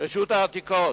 רשות העתיקות.